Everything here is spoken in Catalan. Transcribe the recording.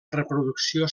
reproducció